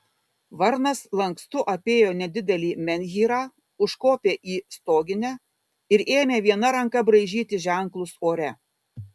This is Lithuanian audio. varnas lankstu apėjo nedidelį menhyrą užkopė į stoginę ir ėmė viena ranka braižyti ženklus ore